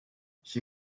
she